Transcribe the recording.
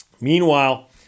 Meanwhile